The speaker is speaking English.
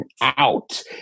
out